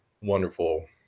wonderful